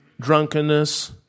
drunkenness